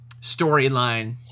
storyline